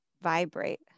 vibrate